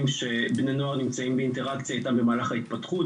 שבני נוער נמצאים באינטראקציה בכה איתם במהלך ההתפתחות,